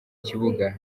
kibuga